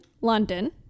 London